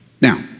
Now